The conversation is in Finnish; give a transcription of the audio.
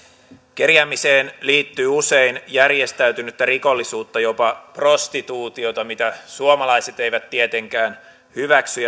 kerjäämiseen liittyy usein järjestäytynyttä rikollisuutta jopa prostituutiota mitä suomalaiset eivät tietenkään hyväksy